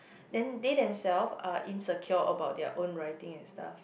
then they themselves are insecure about their own writing and stuff